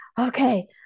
okay